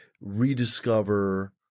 rediscover